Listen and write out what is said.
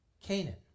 Canaan